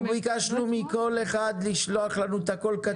אנחנו ביקשנו מכל אחד לשלוח לנו את הכול כתוב.